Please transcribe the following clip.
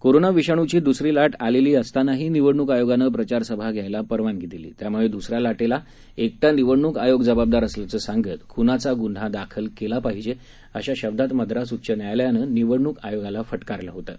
corona विषाणूची दुसरी लाट आलेली असतानाही निवडणूक आयोगानं प्रचारसभा घ्यायाला परवानगी दिली त्यामुळे दुसऱ्या लाटेला एकटा निवडणूक आयोग जबाबदार असल्याचं सांगत ख्नाचा गुन्हा दाखल केला पाहिजे अशा शब्दात मद्रास उच्च न्यायालयानं निवडणूक आयोगाला फटकारलं होतं